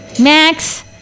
Max